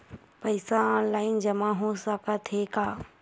पईसा ऑनलाइन जमा हो साकत हे का?